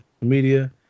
media